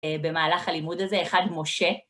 במהלך הלימוד הזה, אחד משה.